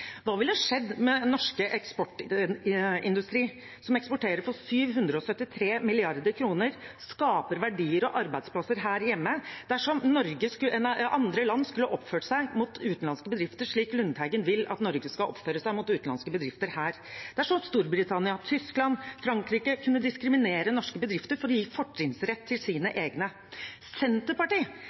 Hva ville skjedd med norsk eksportindustri, som eksporterer for 773 mrd. kr og skaper verdier og arbeidsplasser her hjemme, dersom andre land skulle oppført seg mot utenlandske bedrifter slik Lundteigen vil at Norge skal oppføre seg mot utenlandske bedrifter her? Det er som om Storbritannia, Tyskland og Frankrike kunne diskriminere norske bedrifter for å gi fortrinnsrett til sine egne. Senterpartiet